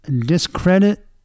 discredit